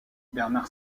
bernard